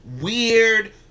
weird